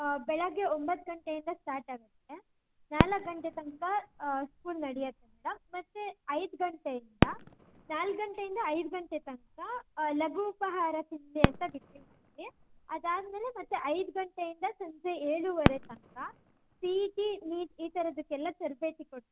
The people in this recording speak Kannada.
ಬೆಳಗ್ಗೆ ಒಂಬತ್ತು ಗಂಟೆಯಿಂದ ಸ್ಟಾರ್ಟ್ ಆಗತ್ತೆ ನಾಲ್ಕು ಗಂಟೆ ತನಕ ಸ್ಕೂಲ್ ನಡೆಯತ್ತೆ ಮೇಡಮ್ ಮತ್ತೆ ಐದು ಗಂಟೆಯಿಂದ ನಾಲ್ಕು ಗಂಟೆಯಿಂದ ಐದು ಗಂಟೆ ತನಕ ಲಘು ಉಪಹಾರ ತಿಂಡಿಯಂತ ಬಿಟ್ಟಿರ್ತೀವಿ ಅದಾದ ಮೇಲೆ ಮತ್ತೆ ಐದು ಗಂಟೆಯಿಂದ ಸಂಜೆ ಏಳೂವರೆ ತನಕ ಸಿ ಇ ಟಿ ನೀಟ್ ಈ ಥರದ್ದಕ್ಕೆಲ್ಲ ತರಬೇತಿ ಕೊಡ್ತೀವಿ